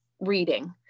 reading